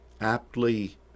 aptly